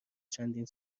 چندین